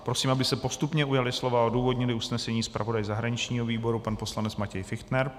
Prosím, aby se postupně ujali slova a odůvodnili usnesení zpravodaj zahraničního výboru pan poslanec Matěj Fichtner.